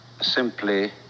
simply